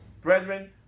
Brethren